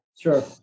Sure